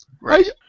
right